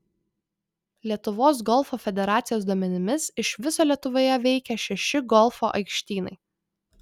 lietuvos golfo federacijos duomenimis iš viso lietuvoje veikia šeši golfo aikštynai